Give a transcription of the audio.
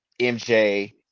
MJ